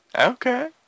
Okay